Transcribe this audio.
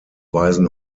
weisen